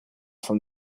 from